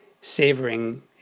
savoring